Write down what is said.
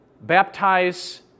baptize